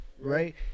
right